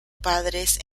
padres